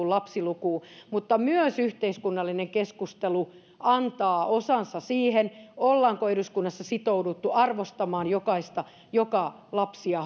lapsilukuun mutta myös yhteiskunnallinen keskustelu antaa osansa siihen ollaanko eduskunnassa sitouduttu arvostamaan jokaista joka lapsia